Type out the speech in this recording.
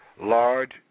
large